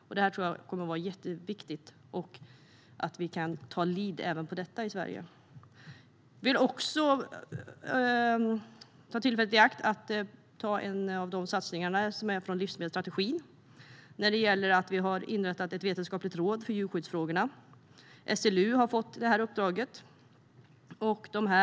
Jag tror att det kommer att vara väldigt viktigt att vi i Sverige kan ta lead även här. Jag vill ta tillfället i akt och lyfta fram en av satsningarna i livsmedelsstrategin. Vi har inrättat ett vetenskapligt råd för djurskyddsfrågorna. SLU har fått detta uppdrag.